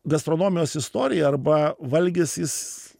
gastronomijos istorija arba valgis jis